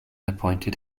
appointed